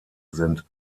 sind